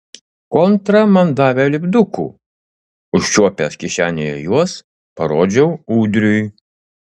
kontra man davė lipdukų užčiuopęs kišenėje juos parodžiau ūdriui